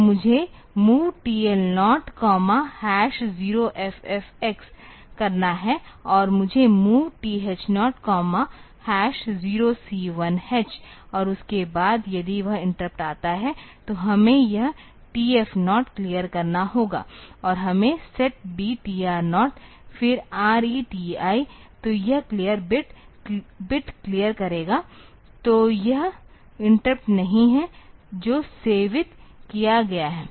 तो मुझे MOV TL0 0FFX करना है और मुझे MOV TH0 0C1 H और उसके बाद यदि वह इंटरप्ट आता है तो हमें यह TF0 क्लियर करना होगा और हमें SETB TR0 फिर RETI तो यह क्लियर बिट बिट क्लियर करेगातो यह इंटरप्ट नहीं है जो सेवित किया गया है